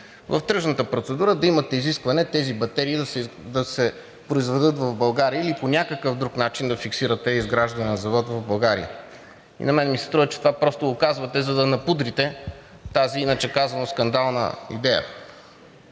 в тръжната процедура да имате изискване тези батерии да се произведат в България или по някакъв начин да фиксирате изграждане на завод в България. На мен ми се струва, че това просто го казвате, за да напудрите тази, иначе казано, скандална идея.